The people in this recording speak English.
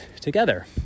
together